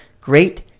great